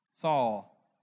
Saul